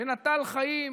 שנטל חיים